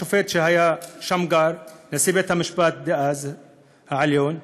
השופט שמגר, נשיא בית-המשפט העליון דאז: